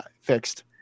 fixed